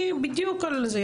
בדיוק על זה.